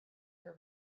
her